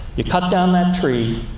you cut down that tree,